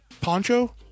Poncho